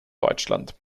deutschland